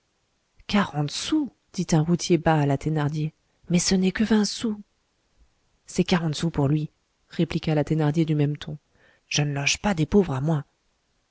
quarante sous dit un routier bas à la thénardier mais ce n'est que vingt sous c'est quarante sous pour lui répliqua la thénardier du même ton je ne loge pas des pauvres à moins